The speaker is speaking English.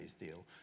deal